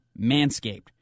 manscaped